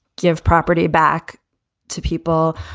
give property back to people.